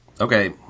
Okay